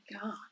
God